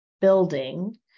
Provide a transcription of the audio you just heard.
building